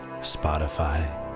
Spotify